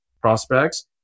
prospects